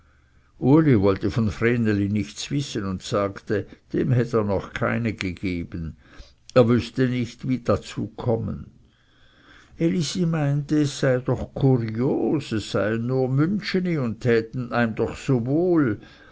uli wollte von vreneli nichts wissen und sagte dem hätte er noch keine gegeben er wußte nicht wie dazu kommen elisi meinte das sei doch kurios es seien nur müntscheni und täten eim doch so wohl